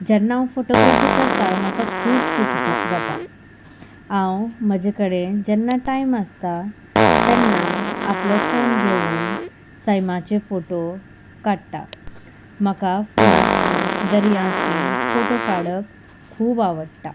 जेन्ना हांव फोटोग्राफी करता म्हाका खूब सूख जाता हांव म्हजे कडेन जेन्ना टायम आसता तेन्ना आपलो फोन घेवन सैमाचे फोटो काडटा म्हाका फुलांची दर्यांची फोटो काडप खूब आवडटा